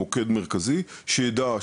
מוקד מרכזי שיידע,